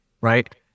right